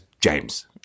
James